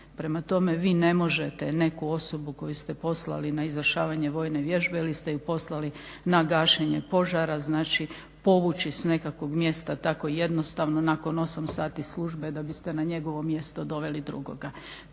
Prema tome, vi ne možete neku osobu koju ste poslali na izvršavanje vojne vježbe ili ste ju poslali na gašenje požara povući sa nekakvog mjesta tako jednostavno nakon 8 sati službe da biste na njegovo mjesto doveli drugoga.